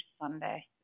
Sunday